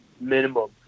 minimum